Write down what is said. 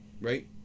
Right